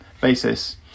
basis